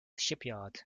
shipyard